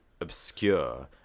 obscure